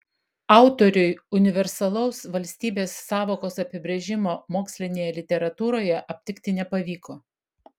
autoriui universalaus valstybės sąvokos apibrėžimo mokslinėje literatūroje aptikti nepavyko